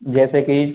जैसे कि